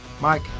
Mike